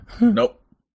Nope